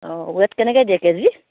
অঁ ৱে'ট কেনেকৈ দিয়ে কেজি